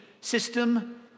system